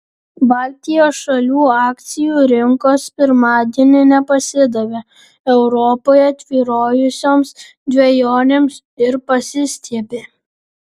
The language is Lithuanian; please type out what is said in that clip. baltijos šalių akcijų rinkos pirmadienį nepasidavė europoje tvyrojusioms dvejonėms ir pasistiebė